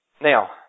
Now